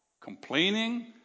complaining